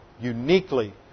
uniquely